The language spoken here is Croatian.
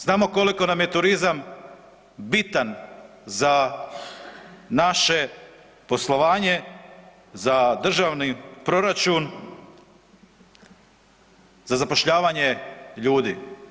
Znamo koliko nam je turizam bitan za naše poslovanje, za državni proračun, za zapošljavanje ljudi.